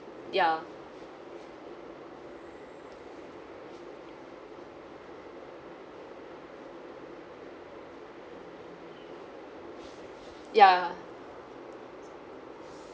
ya ya